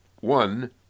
One